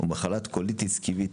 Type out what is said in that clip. ומחלת קוליטיס כיבית,